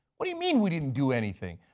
what do you mean we didn't do anything?